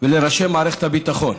ולראשי מערכת הביטחון